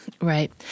Right